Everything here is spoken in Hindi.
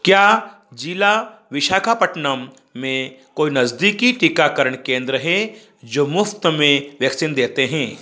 क्या जिला विशाखापट्टनम में कोई नज़दीकी टीकाकरण केंद्र है जो मुफ़्त वैक्सीन देते हैं